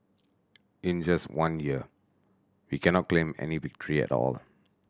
in just one year we cannot claim any victory at all